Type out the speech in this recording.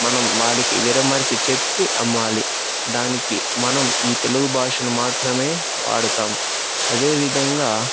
మనం వాళ్ళకి విడమరిచి చెప్పి అమ్మాలి దానికి మనం ఈ తెలుగు భాషను మాత్రమే వాడతాం అదే విధంగా